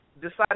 decided